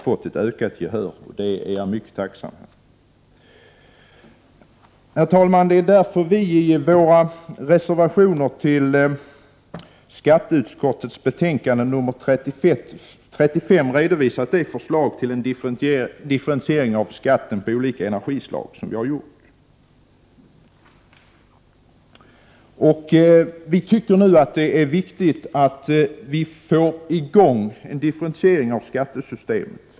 Det är jag mycket tacksam för. Herr talman! I våra reservationer till skatteutskottets betänkande nr 35 har vi redovisat vårt förslag till en differentiering av skatten på olika energislag. Vi anser att det är viktigt att få i gång en differentiering av skattesystemet.